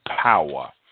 power